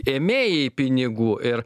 ėmėjai pinigų ir